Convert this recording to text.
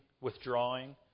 withdrawing